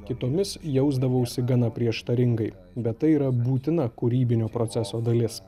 kitomis jausdavausi gana prieštaringai bet tai yra būtina kūrybinio proceso dalis